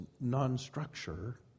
non-structure